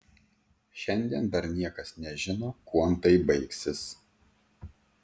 šiandien dar niekas nežino kuom tai baigsis